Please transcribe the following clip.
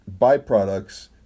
byproducts